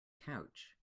couch